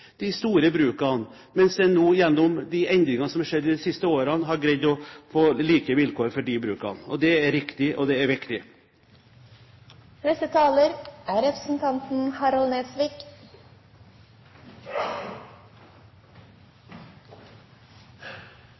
De forfordelte faktisk de store brukene, mens en nå, gjennom de endringene som er skjedd de siste årene, har greid å få like vilkår for disse brukene. Det er riktig, og det er